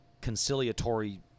conciliatory